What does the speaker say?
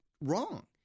wrong